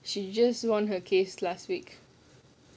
she just won her case last week